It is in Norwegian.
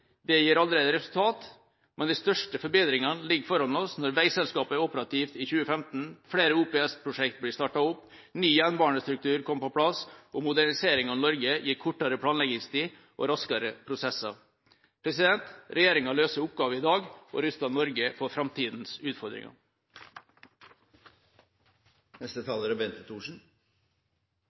Det gir allerede resultat, men de største forbedringene ligger foran oss når veiselskapet er operativt i 2015, flere OPS-prosjekter blir startet opp, ny jernbanestruktur kommer på plass, og moderniseringen av Norge gir kortere planleggingstid og raskere prosesser. Regjeringa løser oppgaver i dag og ruster Norge for framtidas utfordringer.